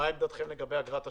מה עמדתכם לגבי אגרת השמירה?